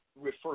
refer